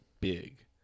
big